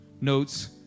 notes